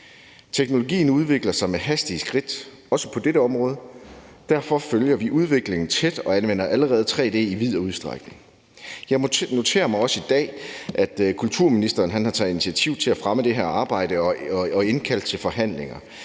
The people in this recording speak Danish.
Teknologien udvikler sig med hastige skridt, også på dette område. Derfor følger vi udviklingen tæt, og vi anvender allerede tre-d i vid udstrækning. Jeg noterer mig også i dag, at kulturministeren har taget initiativ til at fremme det her arbejde og indkalde til forhandlinger.